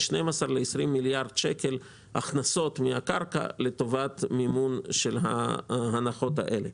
12 ל-20 מיליארד שקל הכנסות מהקרקע לטובת מימון ההנחות האלה.